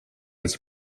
its